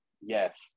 yes